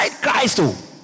Christ